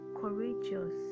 courageous